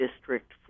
district